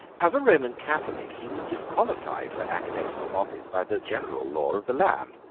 as a roman catholic he was disqualified for academical office by the general law of the land.